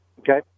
Okay